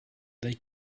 they